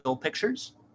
Pictures